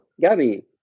Gabby